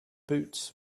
boots